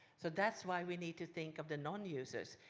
so that's why we need to think of the nonusers.